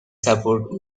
support